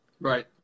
Right